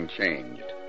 changed